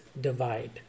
divide